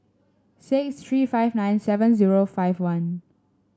six three five nine seven zero five one